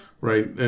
Right